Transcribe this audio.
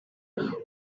uko